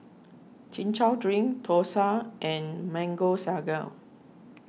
Chin Chow Drink Thosai and Mango Sago